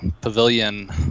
pavilion